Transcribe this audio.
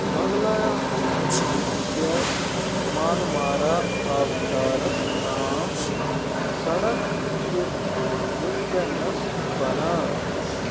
منگلاگری پٮ۪ٹھ مارمالا آبشارَس تام سڑک چھِ وٕنکٮ۪نَس بنان